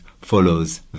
follows